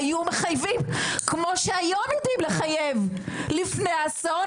והיו מחייבים כמו שהיום יודעים לחייב לפני האסון